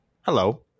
hello